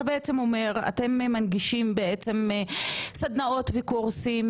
אתה בעצם אומר שאתם מנגישים סדנאות וקורסים